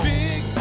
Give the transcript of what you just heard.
big